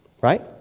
Right